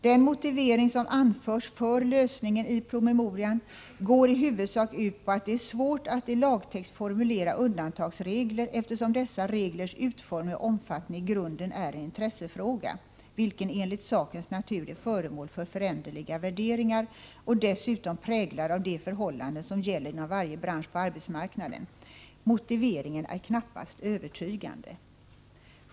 Den motivering som anförs för lösningen i promemorian ——— går i huvudsak ut på att det är svårt att i lagtext formulera undantagsregler, eftersom dessa reglers utformning och omfattning i grunden är en intressefråga, vilken enligt sakens natur är föremål för föränderliga värderingar och dessutom präglas av de förhållanden som gäller inom varje bransch på arbetsmarknaden. Motiveringen är knappast övertygande.